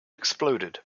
exploded